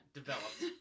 developed